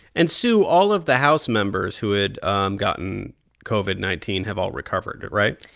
and, sue, all of the house members who had um gotten covid nineteen have all recovered, right?